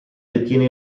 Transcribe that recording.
detiene